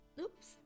Oops